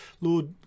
lord